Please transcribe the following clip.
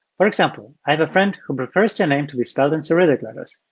for example, i have a friend who prefers their name to be spelled in cyrillic letters.